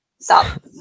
stop